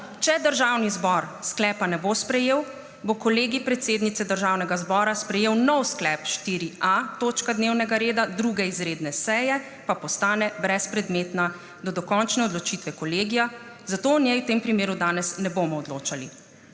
Če Državni zbor sklepa ne bo sprejel, bo Kolegij predsednice Državnega zbora sprejel nov sklep, 4.a točka dnevnega reda 2. izredne seje pa postane brezpredmetna do dokončne odločitve kolegija, zato o njej v tem primeru danes ne bomo odločali.